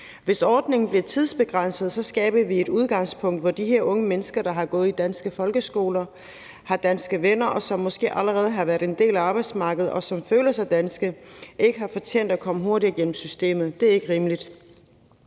Hvis ordningen bliver tidsbegrænset, skaber vi et udgangspunkt, hvor de her unge mennesker, der har gået i dansk folkeskole, har danske venner, og som måske allerede har været en del af arbejdsmarkedet, og som føler sig danske, ikke har fortjent at komme hurtigere igennem systemet. Det er ikke rimeligt.